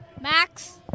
Max